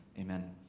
Amen